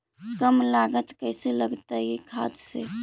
कम लागत कैसे लगतय खाद से?